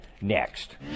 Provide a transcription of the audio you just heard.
next